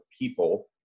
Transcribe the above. people